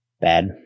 Bad